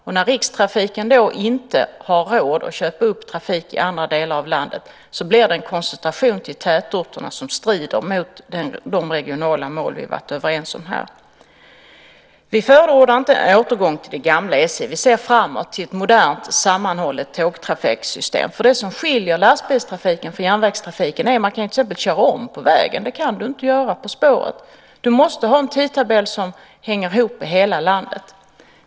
När sedan Rikstrafiken inte har råd att köpa upp trafik i andra delar av landet får vi en koncentration till tätorterna, vilket strider mot de regionala mål vi varit överens om att vi ska ha. Vi förordar inte en återgång till det gamla SJ. Vi ser framåt mot ett modernt, sammanhållet tågtrafiksystem. Det som skiljer lastbilstrafiken från järnvägstrafiken är att man till exempel kan köra om på landsvägen. Det kan man inte göra på spåret. Man måste ha en tidtabell som hänger ihop i hela landet.